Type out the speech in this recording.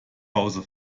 hause